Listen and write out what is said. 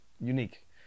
unique